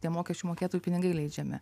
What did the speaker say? tie mokesčių mokėtojų pinigai leidžiami